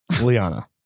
Liana